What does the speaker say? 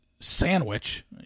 sandwich